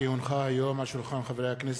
כי הונחה היום על שולחן הכנסת,